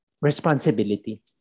Responsibility